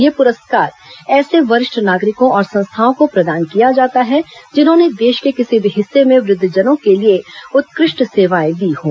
यह पुरस्कार ऐसे वरिष्ठ नागरिकों और संस्थाओं को प्रदान किया जाता है जिन्होंने देश के किसी भी हिस्से में वृद्वजनों के लिए उत्कृष्ट सेवाएं दी हों